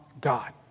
God